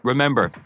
Remember